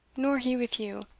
nor he with you.